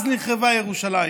אז נחרבה ירושלים.